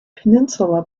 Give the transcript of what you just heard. peninsula